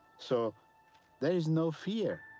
so there is no fear,